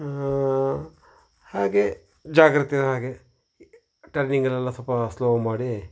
ಹಾಗೇ ಜಾಗ್ರತೆನೂ ಹಾಗೆ ಟರ್ನಿಂಗಲ್ಲೆಲ್ಲ ಸ್ವಲ್ಪ ಸ್ಲೋ ಮಾಡಿ